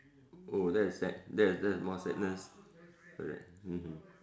oh that is sad that is that is more sadness correct